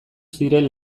ziren